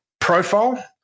Profile